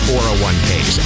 401ks